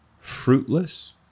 fruitless